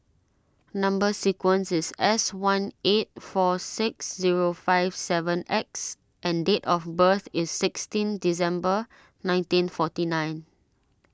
Number Sequence is S one eight four six zero five seven X and date of birth is sixteen December nineteen forty nine